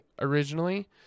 originally